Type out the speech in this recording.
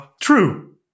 true